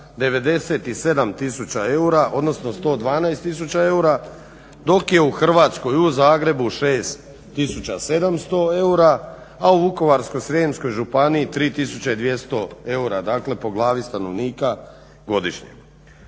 tisuća eura, odnosno 112 tisuća eura dok je u Hrvatskoj u Zagrebu 6700 eura a u Vukovarsko-srijemskoj županiji 3200 eura dakle po glavi stanovnika godišnje.